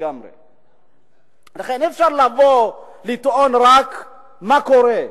לכן אי-אפשר לטעון רק מה קורה.